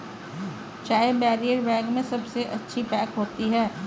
चाय barrier bag में सबसे अच्छी पैक होती है